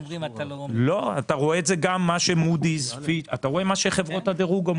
אומרים --- אתה רואה מה שחברות הדירוג אומרות.